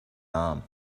arm